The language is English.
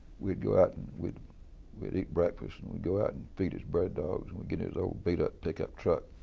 we'd go out and we'd we'd eat breakfast, and we'd go out and feed his bird dogs, and we'd get in his old, beat up pickup truck